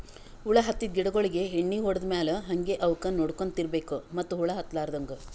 ಹುಳ ಹತ್ತಿದ್ ಗಿಡಗೋಳಿಗ್ ಎಣ್ಣಿ ಹೊಡದ್ ಮ್ಯಾಲ್ ಹಂಗೆ ಅವಕ್ಕ್ ನೋಡ್ಕೊಂತ್ ಇರ್ಬೆಕ್ ಮತ್ತ್ ಹುಳ ಹತ್ತಲಾರದಂಗ್